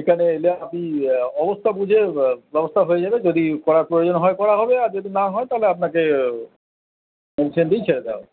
এখানে এলে আমি অবস্থা বুঝে ব্যবস্থা হয়ে যাবে যদি করার প্রয়োজন হয় করা হবে আর যদি না হয় তাহলে আপনাকে দিয়েই ছেড়ে দেওয়া হবে